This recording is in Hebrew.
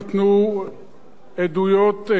או לעתים אפילו יש חשש,